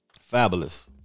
Fabulous